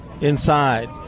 inside